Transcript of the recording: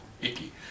Icky